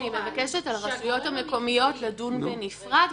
אני מבקשת על הרשויות המקומיות לדון בנפרד,